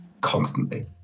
constantly